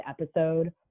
episode